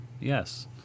Yes